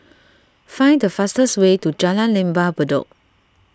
find the fastest way to Jalan Lembah Bedok